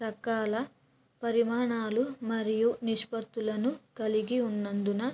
రకాల పరిమాణాలు మరియు నిష్పత్తులను కలిగి ఉన్నందున